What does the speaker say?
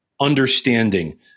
understanding